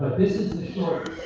this is the